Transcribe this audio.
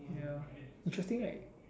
ya interesting right